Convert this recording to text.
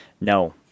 No